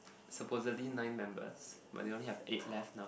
supposedly nine members but they only have eight left now